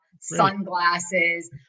sunglasses